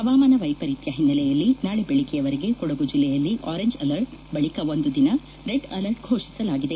ಹವಾಮಾನ ವೈಪರೀತ್ಯ ಹಿನ್ನೆಲೆಯಲ್ಲಿ ನಾಳೆ ಬೆಳಗೆಯವರೆಗೆ ಕೊಡಗು ಜಿಲ್ಲೆಯಲ್ಲಿ ಅರೆಂಜ್ ಅಲರ್ಟ್ ಬಳಿಕ ಒಂದು ದಿನ ರೆಡ್ ಅಲರ್ಟ್ ಫೋಷಿಸಲಾಗಿದೆ